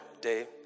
Dave